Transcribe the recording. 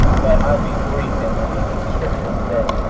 but i'll be brief in my descriptions today.